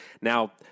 Now